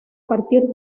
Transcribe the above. partir